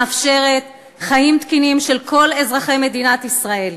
מאפשרת חיים תקינים לכל אזרחי מדינת ישראל.